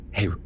Hey